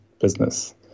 business